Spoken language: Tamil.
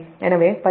எனவே 1112112110